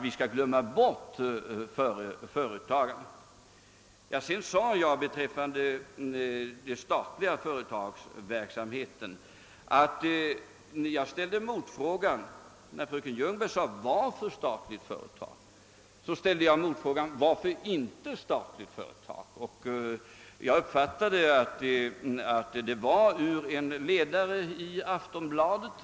Vad beträffar den statliga företagsamheten frågade fröken Ljungberg: Varför statliga företag? Jag ställer då motfrågan: Varför inte statliga företag? Jag uppfattade det så, att hennes fråga var föranledd av en ledare i Aftonbladet.